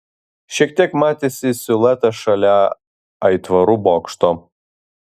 šiek tiek matėsi siluetas šalia aitvarų bokšto